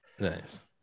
Nice